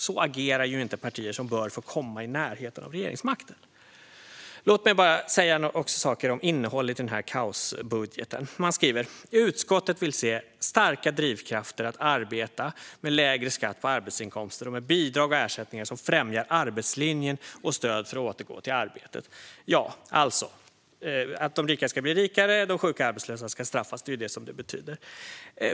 Så agerar ju inte partier som bör få komma i närheten av regeringsmakten. Låt mig bara säga några saker om innehållet i den här kaosbudgeten. Man skriver: "Utskottet vill se starka drivkrafter att arbeta, med lägre skatt på arbetsinkomster och med bidrag och ersättningar som främjar arbetslinjen och stöd för att återgå i arbete." Alltså: De rika ska bli rikare, de sjuka och arbetslösa ska straffas. Det är vad det betyder.